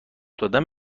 دادن